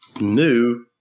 new